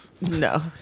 No